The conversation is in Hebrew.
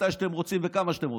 מתי שאתם רוצים וכמה שאתם רוצים.